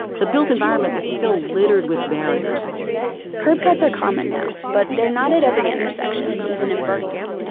the built environment is still littered with barriers curb cuts are common now, but they're not at every intersection, even in berkeley.